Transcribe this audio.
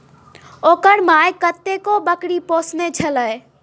ओकर माइ कतेको बकरी पोसने छलीह